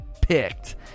picked